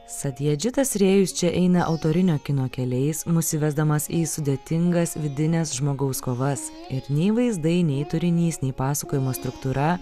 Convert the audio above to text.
sadiedžitas rėjus čia eina autorinio kino keliais nusivesdamas į sudėtingas vidines žmogaus kovas ir nei vaizdai nei turinys nei pasakojimo struktūra